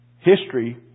History